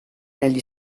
negli